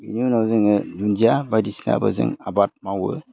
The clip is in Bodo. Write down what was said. बिनि उनाव जोङो दुन्दिया बायदिसिनाबो जों आबाद मावो